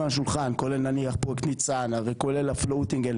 על השולחן כולל נניח פרויקט ניצנה וכולל ה-lng floating,